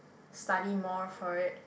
study more for it